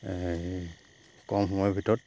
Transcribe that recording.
কম সময়ৰ ভিতৰত